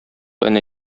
әнә